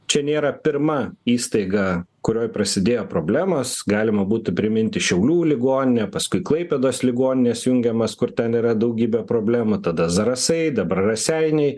čia nėra pirma įstaiga kurioj prasidėjo problemos galima būtų priminti šiaulių ligoninę paskui klaipėdos ligonines jungiamas kur ten yra daugybė problemų tada zarasai dabar raseiniai